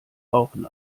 rauchen